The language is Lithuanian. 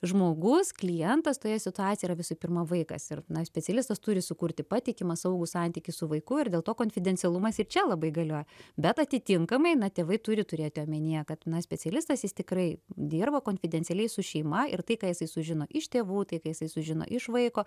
žmogus klientas toje situacijoje visų pirma vaikas ir na specialistas turi sukurti patikimą saugų santykį su vaiku ir dėl to konfidencialumas ir čia labai galioja bet atitinkamai na tėvai turi turėti omenyje kad na specialistas jis tikrai dirba konfidencialiai su šeima ir tai ką jisai sužino iš tėvų tai ką jisai sužino iš vaiko